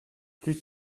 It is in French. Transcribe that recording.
plus